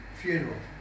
funeral